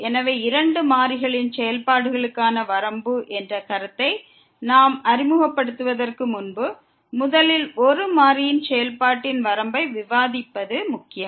எனவே இரண்டு மாறிகளின் செயல்பாடுகளுக்கான வரம்பு என்ற கருத்தை நாம் அறிமுகப்படுத்துவதற்கு முன்பு முதலில் ஒரு மாறியின் செயல்பாட்டின் வரம்பை விவாதிப்பது முக்கியம்